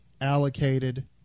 allocated